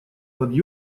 под